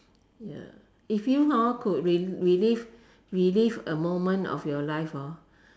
ya if you hor could re~ relive relive a moment of your life hor